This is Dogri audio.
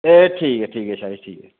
एह् ठीक ऐ ठीक ऐ शाह् जी ठीक ऐ